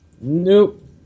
Nope